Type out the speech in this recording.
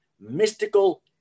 mystical